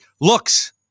looks